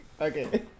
Okay